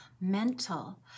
mental